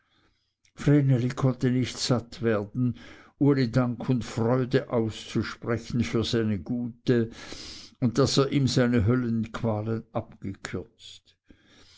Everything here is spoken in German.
konnte nicht satt werden uli dank und freude auszusprechen für seine güte und daß er ihm seine höllenqualen abgekürzt